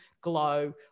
glow